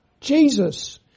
Jesus